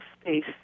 space